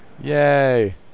Yay